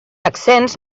accents